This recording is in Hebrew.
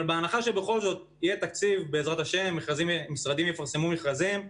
אבל בהנחה שבכל זאת יהיה תקציב ומשרדים יפרסמו מכרזים,